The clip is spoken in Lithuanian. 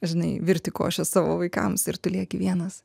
žinai virti košę savo vaikams ir tu lieki vienas